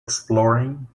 exploring